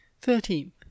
Thirteenth